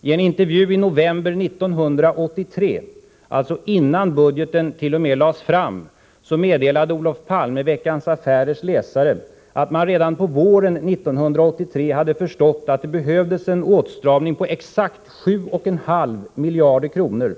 I en intervju i november 1983 — alltså t.o.m. innan budgeten lades fram — meddelade Olof Palme Veckans affärers läsare att man redan på våren 1983 hade förstått att det behövdes en åtstramning på exakt 7,5 miljarder kronor.